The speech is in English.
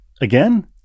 again